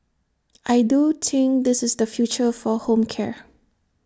I do think this is the future for home care